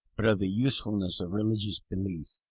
but of the usefulness of religious belief,